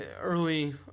early